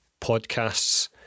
podcasts